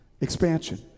expansion